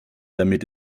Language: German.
damit